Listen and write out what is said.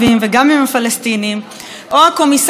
או הקומיסרים של משטרת המחשבות בנתב"ג,